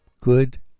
Good